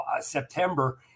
September